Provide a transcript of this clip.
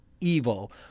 evil